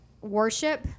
worship